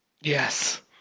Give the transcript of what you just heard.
Yes